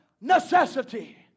necessity